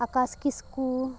ᱟᱠᱟᱥ ᱠᱤᱥᱠᱩ